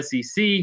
SEC